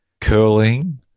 curling